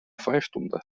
freistunde